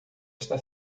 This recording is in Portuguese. está